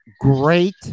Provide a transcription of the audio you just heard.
great